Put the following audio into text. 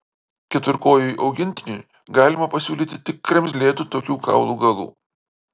keturkojui augintiniui galima pasiūlyti tik kremzlėtų tokių kaulų galų